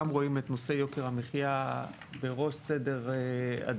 רואים את נושא יוקר המחיה בראש סדר העדיפויות,